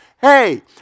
Hey